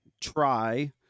try